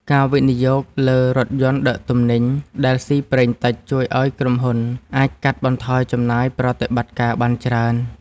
ការវិនិយោគលើរថយន្តដឹកទំនិញដែលស៊ីប្រេងតិចជួយឱ្យក្រុមហ៊ុនអាចកាត់បន្ថយចំណាយប្រតិបត្តិការបានច្រើន។